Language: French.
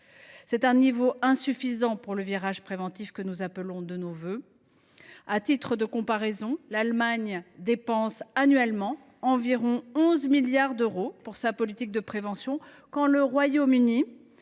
Cette somme est insuffisante pour entamer le virage préventif que nous appelons de nos vœux. À titre de comparaison, l’Allemagne dépense annuellement environ 11 milliards d’euros pour sa politique de prévention, quand le Royaume Uni